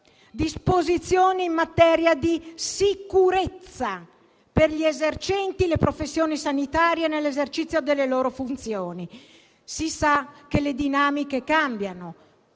«Disposizioni in materia di sicurezza per gli esercenti le professioni sanitarie e socio-sanitarie nell'esercizio delle loro funzioni». Si sa che le dinamiche cambiano.